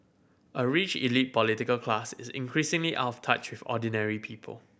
a rich elite political class is increasingly off touch with ordinary people